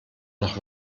noch